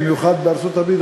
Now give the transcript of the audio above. במיוחד בארצות-הברית,